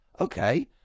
okay